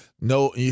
no